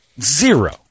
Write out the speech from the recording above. Zero